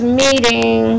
meeting